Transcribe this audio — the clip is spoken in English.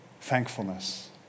Thankfulness